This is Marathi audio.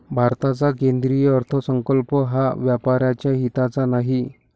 भारताचा केंद्रीय अर्थसंकल्प हा व्यापाऱ्यांच्या हिताचा नाही